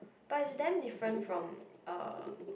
but it's damn different from uh